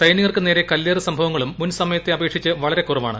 സൈനികർക്കു നേരെ കല്ലേറു സംഭവങ്ങളും മുൻ സമയത്തെ അപേക്ഷിച്ച് വളരെ കുറവാണ്